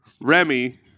Remy